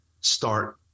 start